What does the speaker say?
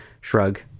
Shrug